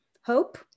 Hope